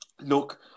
look